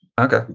Okay